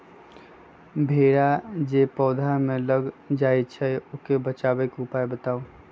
भेरा जे पौधा में लग जाइछई ओ से बचाबे के उपाय बताऊँ?